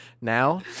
now